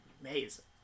amazing